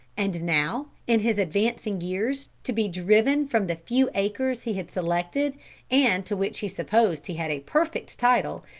and now, in his advancing years, to be driven from the few acres he had selected and to which he supposed he had a perfect title,